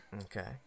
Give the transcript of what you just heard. okay